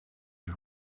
you